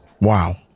wow